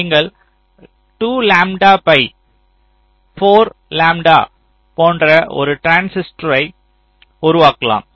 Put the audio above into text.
நீங்கள் 2 lambda by 4 lambda போன்ற ஒரு டிரான்சிஸ்டரை உருவாக்கலாம்